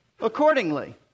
accordingly